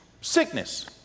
sickness